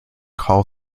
call